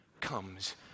comes